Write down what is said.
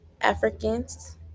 africans